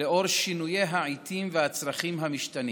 לאור שינויי העיתים והצרכים המשתנים.